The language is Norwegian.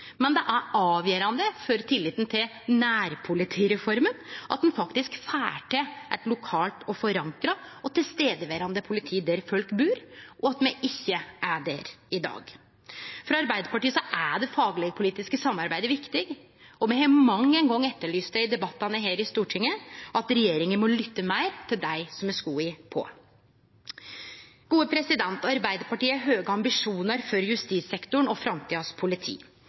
men det er avgjerande for tilliten til nærpolitireforma at ein faktisk får til eit lokalt politi som er forankra og til stades der folk bur, og at me ikkje er der i dag. For Arbeidarpartiet er det fagleg-politiske samarbeidet viktig, og me har mang ein gong etterlyst i debattane her i Stortinget at regjeringa må lytte meir til dei som har skoa på. Arbeidarpartiet har høge ambisjonar for justissektoren og framtidas politi.